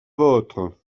vôtre